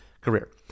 career